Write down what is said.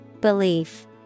Belief